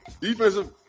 Defensive